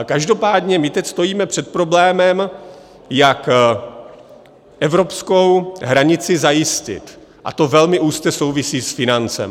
Každopádně my teď stojíme před problémem, jak evropskou hranici zajistit, a to velmi úzce souvisí s financemi.